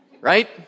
right